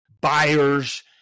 buyers